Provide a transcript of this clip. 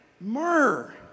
Myrrh